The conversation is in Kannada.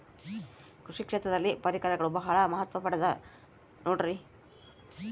ಕೃಷಿ ಕ್ಷೇತ್ರದಲ್ಲಿ ಪರಿಕರಗಳು ಬಹಳ ಮಹತ್ವ ಪಡೆದ ನೋಡ್ರಿ?